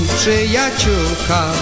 przyjaciółka